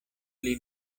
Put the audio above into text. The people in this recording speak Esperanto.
pli